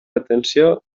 atenció